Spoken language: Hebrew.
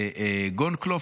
וגולדקנופ,